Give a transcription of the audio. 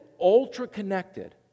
ultra-connected